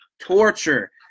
torture